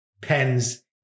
pens